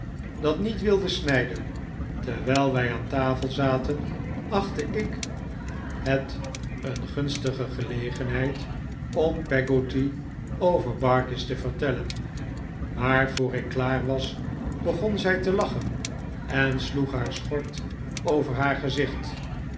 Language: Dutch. dat niet wilde snijden terwijl wij aan tafel zaten achtte ik het een gunstige gelegenheid om peggotty over barkis te vertellen maar voor ik klaar was begon zij te lachen en sloeg haar schort over haar gezicht